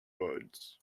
words